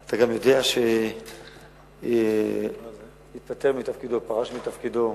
אתה גם יודע שהתפטר מתפקידו, פרש מתפקידו,